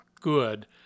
good